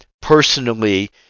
personally